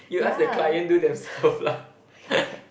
you ask the client do themselves lah